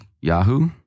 Yahoo